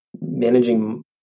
managing